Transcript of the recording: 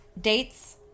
dates